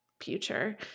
future